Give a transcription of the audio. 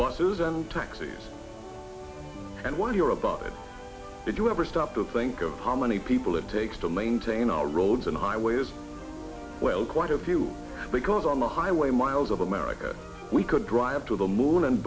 buses and taxis and while you're about it did you ever stop to think of how many people it takes to maintain our roads and highways well quite a few because on the highway miles of america we could drive to the moon and